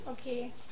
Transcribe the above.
Okay